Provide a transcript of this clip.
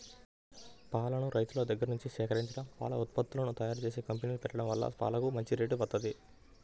పాలను రైతుల దగ్గర్నుంచి సేకరించడం, పాల ఉత్పత్తులను తయ్యారుజేసే కంపెనీ పెట్టడం వల్ల పాలకు మంచి రేటు వత్తంది